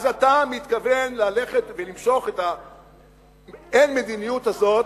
אז אתה מתכוון ללכת ולמשוך את האין-מדיניות הזאת,